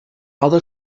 other